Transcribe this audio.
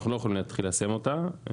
אנחנו לא יכולים להתחיל ליישם אותה.